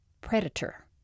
predator